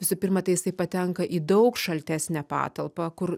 visų pirma tai jisai patenka į daug šaltesnę patalpą kur